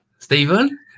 Stephen